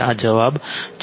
આ જવાબ છે